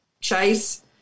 chase